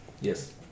Yes